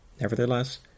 Nevertheless